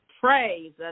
Praise